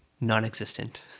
non-existent